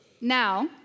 Now